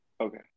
Okay